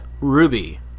Ruby